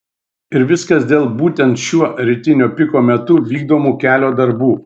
ir viskas dėl būtent šiuo rytinio piko metu vykdomų kelio darbų